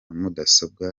mudasobwa